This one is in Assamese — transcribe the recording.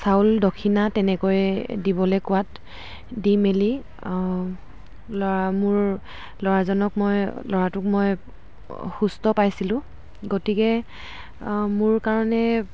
চাউল দক্ষিণা তেনেকৈ দিবলে কোৱাত দি মেলি ল'ৰা মোৰ ল'ৰাজনক মই ল'ৰাটোক মই সুস্থ পাইছিলোঁ গতিকে মোৰ কাৰণে